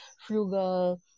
frugal